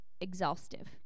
exhaustive